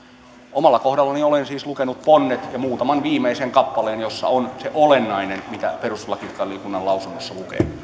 kohdaltani totean että olen siis lukenut ponnet ja muutaman viimeisen kappaleen joissa on se olennainen mitä perustuslakivaliokunnan lausunnossa